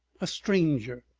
a stranger,